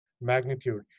magnitude